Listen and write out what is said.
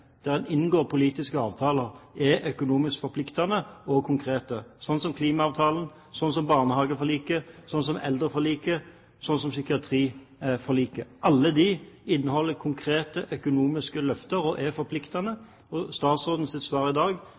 der en inngår politiske avtaler, er økonomisk forpliktende og konkrete, slik som klimaavtalen, slik som barnehageforliket, slik som eldreforliket, slik som psykiatriforliket. Alle inneholder konkrete økonomiske løfter og er forpliktende. Statsrådens svar i dag